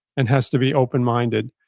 and has to be open-minded.